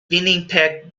winnipeg